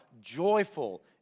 joyful